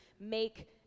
make